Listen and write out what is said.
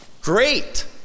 Great